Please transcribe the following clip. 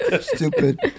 Stupid